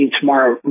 tomorrow